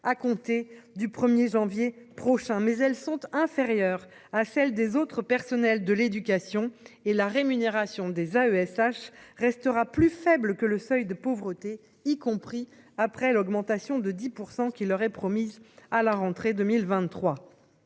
à compter du 1er janvier prochain mais elles sont inférieures à celles des autres personnels de l'éducation et la rémunération des AESH restera plus faible que le seuil de pauvreté, y compris après l'augmentation de 10% qui leur est promise à la rentrée 2023.